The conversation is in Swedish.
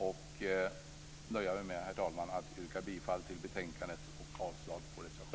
Jag nöjer mig med, herr talman, att yrka bifall till utskottets hemställan i betänkandet och avslag på reservationerna.